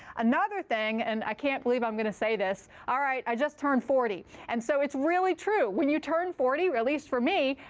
another thing and i can't believe i'm going to say this all right. i just turned forty. and so it's really true. when you turn forty, or at least for me,